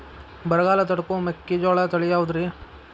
ಬರಗಾಲ ತಡಕೋ ಮೆಕ್ಕಿಜೋಳ ತಳಿಯಾವುದ್ರೇ?